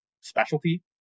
specialty